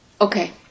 Okay